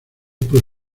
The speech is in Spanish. por